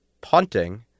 punting